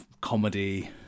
comedy